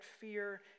fear